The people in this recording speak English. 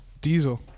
Diesel